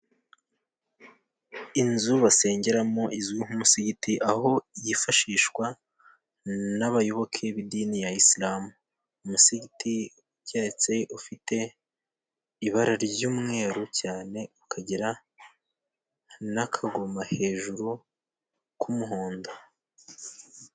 Inzu basengeramo izwi nk'umusigiti, aho yifashishwa n'abayoboke b'idini ya Isilamu. Umusigiti uketse ufite ibara ry'umweru cyane, ukagira n'akagoma hejuru k'umuhondo.